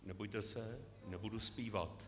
Nebojte se, nebudu zpívat.